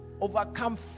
overcome